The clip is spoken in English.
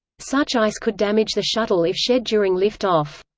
such ice could damage the shuttle if shed during lift-off.